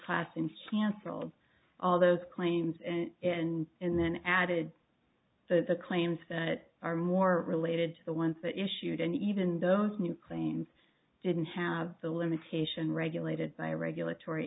class in scandal all those claims and and and then added to the claims that are more related to the ones that issued and even those new claims didn't have the limitation regulated by regulatory